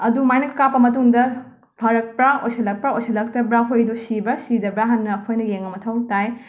ꯑꯗꯨꯃꯥꯏꯅ ꯀꯥꯞꯄ ꯃꯇꯨꯡꯗ ꯐꯥꯔꯛꯄ꯭ꯔꯥ ꯑꯣꯏꯁꯜꯂꯛꯄ꯭ꯔꯥ ꯑꯣꯏꯁꯜꯂꯛꯇꯕ꯭ꯔꯥ ꯍꯨꯏꯗꯨ ꯁꯤꯕ꯭ꯔꯥ ꯁꯤꯗꯕ꯭ꯔꯥ ꯍꯥꯟꯅ ꯑꯩꯈꯣꯏꯅ ꯌꯦꯡꯕ ꯃꯊꯧ ꯇꯥꯏ